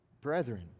brethren